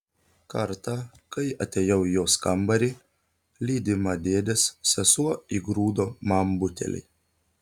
kartą kai atėjau į jos kambarį lydima dėdės sesuo įgrūdo man butelį